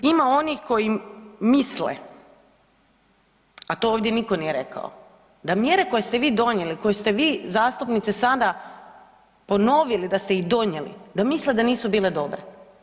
Isto tako, da li ima onih koji misle, a to ovdje nitko nije rekao, da mjere koje ste vi donijeli koje ste vi zastupnici sada ponovili da ste ih donijeli, da misle da nisu bile dobre?